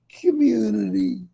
community